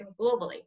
globally